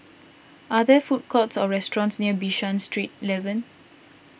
are there food courts or restaurants near Bishan Street eleven